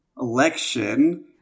election